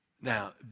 Now